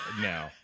no